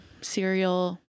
cereal